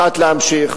אחת, להמשיך,